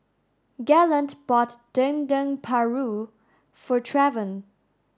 Galen bought dendeng paru for Travon